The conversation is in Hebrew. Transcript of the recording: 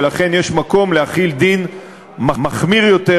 ולכן יש מקום להחיל דין מחמיר יותר,